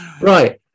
right